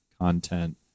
content